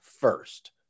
first